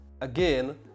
Again